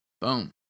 Boom